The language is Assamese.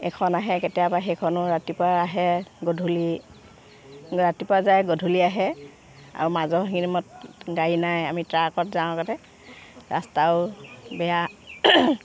এখন আহে কেতিয়াবা সেইখনো ৰাতিপুৱা আহে গধূলি ৰাতিপুৱা যায় গধূলি আহে আৰু গাড়ী নাই আমি ট্ৰাকত যাওঁ আগতে ৰাস্তাও বেয়া